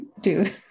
dude